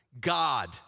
God